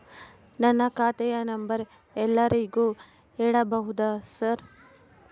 ನನ್ನ ಖಾತೆಯ ನಂಬರ್ ಎಲ್ಲರಿಗೂ ಹೇಳಬಹುದಾ ಸರ್?